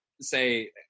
say